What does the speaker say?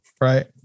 right